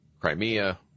Crimea